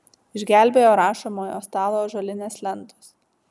išgelbėjo rašomojo stalo ąžuolinės lentos